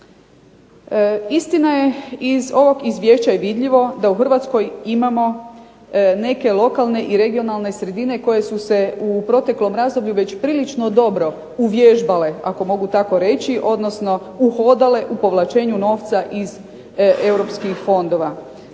Istina je, iz ovog izvješća je vidljivo da u Hrvatskoj imamo neke lokalne i regionalne sredine koje su se u proteklom razdoblju već prilično dobro uvježbale, ako mogu tako reći, odnosno uhodale u povlačenju novca iz europskih fondova.